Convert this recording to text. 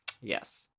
Yes